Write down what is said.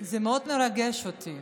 זה מאוד מרגש אותי,